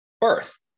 birth